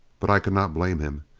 but i could not blame him.